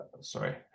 sorry